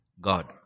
God